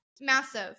massive